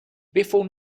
before